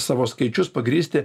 savo skaičius pagrįsti